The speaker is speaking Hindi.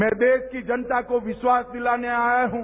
मैं देश की जनता को विश्वास दिलाने आया हूं